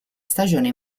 stagione